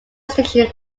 station